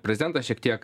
prezidentas šiek tiek